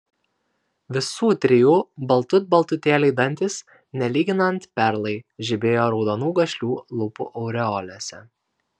visų trijų baltut baltutėliai dantys nelyginant perlai žibėjo raudonų gašlių lūpų aureolėse